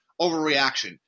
overreaction